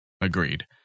agreed